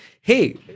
Hey